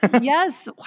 yes